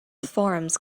forums